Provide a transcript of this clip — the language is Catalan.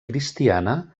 cristiana